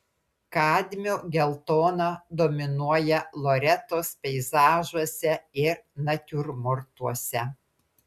kadmio geltona dominuoja loretos peizažuose ir natiurmortuose